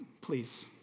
please